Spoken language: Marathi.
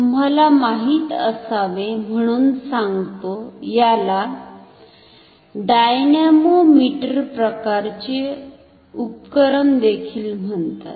तुम्हाला माहीत असावे म्हणुन सांगतो याला डायनामोमिटर प्रकारचे उपकरण देखील म्हणतात